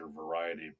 variety